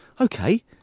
okay